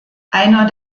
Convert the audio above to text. einer